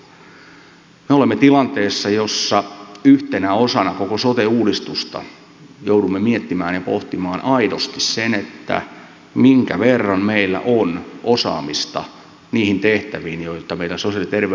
me olemme tilanteessa jossa yhtenä osana koko sote uudistusta joudumme miettimään ja pohtimaan aidosti sen minkä verran meillä on osaamista niihin tehtäviin joita meidän sosiaali ja terveydenhuollossa on